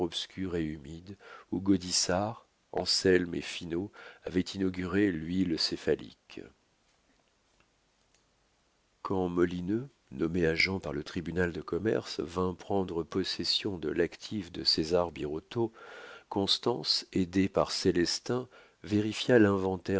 obscure et humide où gaudissart anselme et finot avaient inauguré l'huile céphalique quand molineux nommé agent par le tribunal de commerce vint prendre possession de l'actif de césar birotteau constance aidée par célestin vérifia